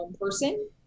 person